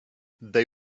they